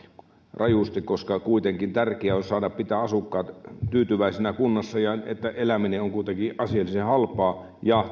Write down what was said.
rajusti koska kuitenkin tärkeää on pitää asukkaat tyytyväisinä kunnassa ja eläminen asiallisen halpana ja